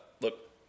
Look